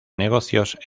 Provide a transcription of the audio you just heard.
negocios